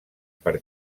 per